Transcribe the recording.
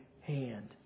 hand